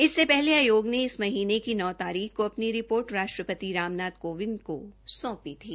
इससे पहले आयोग ने इस महीने की नौ तारीख को अपनी रिपोर्ट राष्ट्रपति राम नाथ कोविंद को सौंपी थी